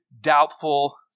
doubtful